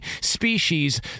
species